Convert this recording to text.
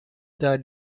that